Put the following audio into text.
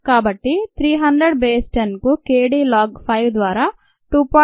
కాబట్టి 300 బేస్ 10 కు k d log 5 ద్వారా 2